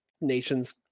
nations